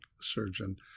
surgeon